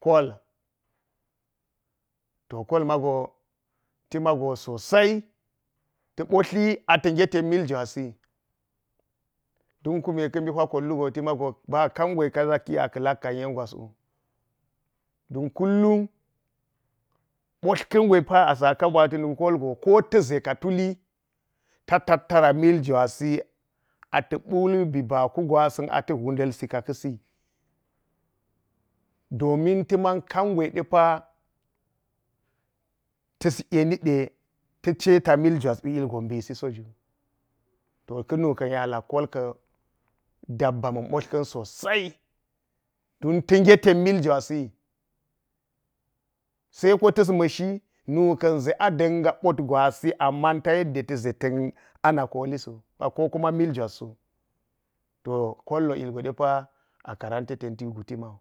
“kol” to kol mago ti mago sosai ta̱ botli ata̱ nge ten miljwasi ti kume ka̱ mbi hwa kol wugo ti mago ba kangi ka pi aka̱ la̱k kan yen gwaswu, kullum botl kangwe de la sa ka mbit ka̱ kolgo ko, ta̱ ʒe ka tuli ta tattara miljwasi ata bul mbi ba ku gwasi ata̱ hwunda̱ h si ka kasi domin ta̱man kangwe depa ta̱s enide, ta ceta milgwaswi ba̱ ilgon mbisi so. To ka̱ nuka̱n yek alak koll ka̱ dabba ma̱n mbotl ka̱n sosai don ta nge ten mil jwasi-saiko ta̱s ma̱shi nuka̱n ʒe a danga bot gwasi ama ta yekde tạ ta̱n ana kolisi so ko miljwas so. To kolwo yek ɗe ilgwe depa akarante tenti ti mawu.